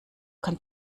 kann